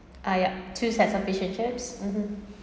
ah yeah two sets of fish and chips (uh huh)